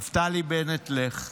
נפתלי בנט, לך.